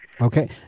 Okay